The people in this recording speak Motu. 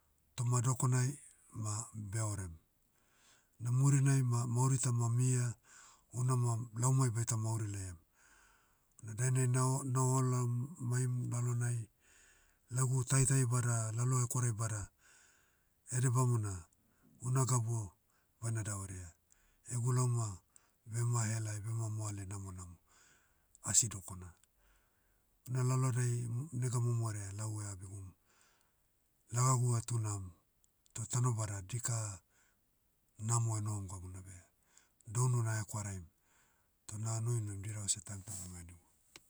Toma dokonai, ma beorem. Na murinai ma mauri tama mia, una ma laumai baita mauri laiam. Una dainai nao- na olam maim lalonai, lagu taitai bada lalo hekwarai bada, edebamona, una gabu, baina davaria, egu lauma, bema helai bema moale namonamo, asi dokokona. Una lalohadai, nega momo herea lau eabigum. Lagagu etunam, toh tanobada dika, namo enohom gabuna beh, dounu na hekwaraim. Toh na noinoim dirava seh taim ta bema henigu.